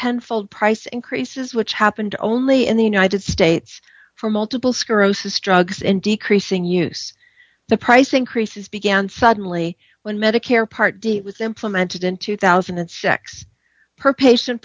ten fold price increases which happened only in the united states for multiple sclerosis drugs in decreasing use the price increases began suddenly when medicare part d was implemented in two thousand and six per patient